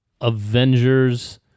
Avengers